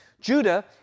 Judah